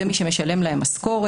זה מי שמשלם להם משכורת.